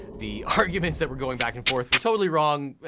the arguments that were going back and forth were totally wrong.